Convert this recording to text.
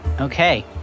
Okay